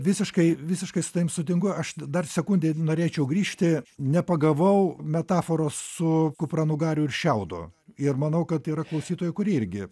visiškai visiškai su tavim sutinku aš dar sekundei norėčiau grįžti nepagavau metaforos su kupranugariu ir šiaudu ir manau kad yra klausytojų kurie irgi